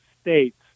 states